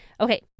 Okay